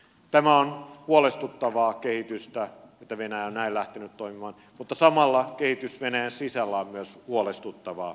tämä on huolestuttavaa kehitystä että venäjä on näin lähtenyt toimimaan mutta samalla kehitys venäjän sisällä on myös huolestuttavaa